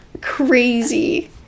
crazy